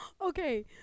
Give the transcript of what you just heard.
Okay